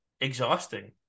exhausting